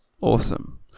Awesome